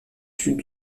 sud